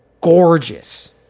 gorgeous